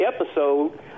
episode